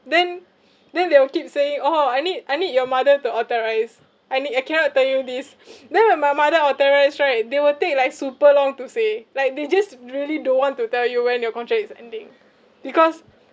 then then they will keep saying oh I need I need your mother to authorise I need I cannot tell you this then when my mother authorise right they will take like super long to say like they just really don't want to tell you when your contract is ending because